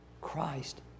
Christ